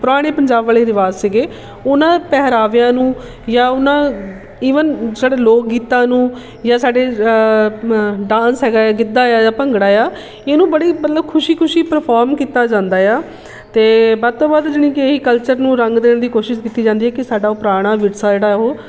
ਪੁਰਾਣੀ ਪੰਜਾਬ ਵਾਲੇ ਰਿਵਾਜ਼ ਸੀਗੇ ਉਹਨਾਂ ਪਹਿਰਾਵਿਆਂ ਨੂੰ ਜਾਂ ਉਹਨਾਂ ਈਵਨ ਜਿਹੜੇ ਲੋਕ ਗੀਤਾਂ ਨੂੰ ਜਾਂ ਸਾਡੇ ਡਾਂਸ ਹੈਗਾ ਏ ਗਿੱਧਾ ਆ ਜਾਂ ਭੰਗੜਾ ਆ ਇਹਨੂੰ ਬੜੀ ਮਤਲਬ ਖੁਸ਼ੀ ਖੁਸ਼ੀ ਪਰਫੋਰਮ ਕੀਤਾ ਜਾਂਦਾ ਆ ਅਤੇ ਵੱਧ ਤੋਂ ਵੱਧ ਜਾਨੀ ਕਿ ਇਹੀ ਕਲਚਰ ਨੂੰ ਰੰਗ ਦੇਣ ਦੀ ਕੋਸ਼ਿਸ਼ ਕੀਤੀ ਜਾਂਦੀ ਹੈ ਕਿ ਸਾਡਾ ਉਹ ਪੁਰਾਣਾ ਵਿਰਸਾ ਜਿਹੜਾ ਉਹ